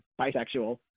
bisexual